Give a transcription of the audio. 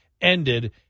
ended